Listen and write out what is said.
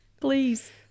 Please